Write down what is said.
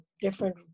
different